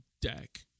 deck